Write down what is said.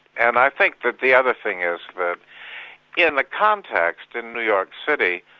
and i think that the other thing is that in the context, in new york city,